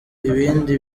ibindi